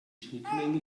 schnittmenge